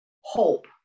hope